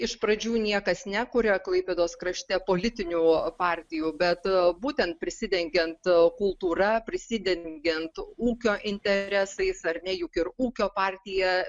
iš pradžių niekas nekuria klaipėdos krašte politinių partijų bet būtent prisidengiant kultūra prisidengiant ūkio interesais ar ne juk ir ūkio partija